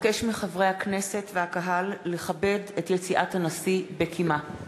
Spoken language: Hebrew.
אבקש מחברי הכנסת והקהל לכבד את יציאת הנשיא בקימה.